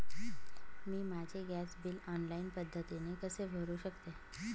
मी माझे gas bill online पद्धतीने कसे भरु शकते?